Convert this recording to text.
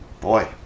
boy